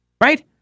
right